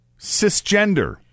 Cisgender